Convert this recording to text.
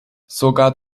sogar